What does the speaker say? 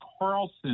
Carlson